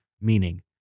meaning